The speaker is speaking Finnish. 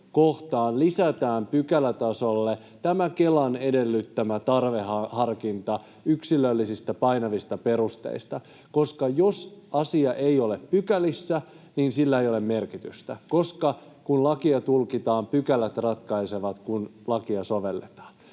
kuutoskohtaan lisätään pykälätasolle tämä Kelan edellyttämä tarveharkinta yksilöllisistä painavista perusteista, koska jos asia ei ole pykälissä, niin sillä ei ole merkitystä, kun lakia tulkitaan — pykälät ratkaisevat, kun lakia sovelletaan.